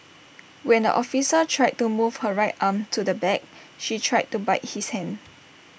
when the officer tried to move her right arm to the back she tried to bite his hand